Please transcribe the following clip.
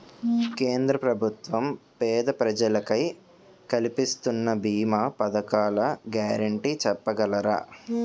కేంద్ర ప్రభుత్వం పేద ప్రజలకై కలిపిస్తున్న భీమా పథకాల గ్యారంటీ చెప్పగలరా?